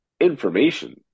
Information